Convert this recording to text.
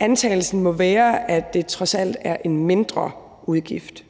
antagelsen må være, at det trods alt er en mindre udgift.